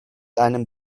einem